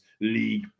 League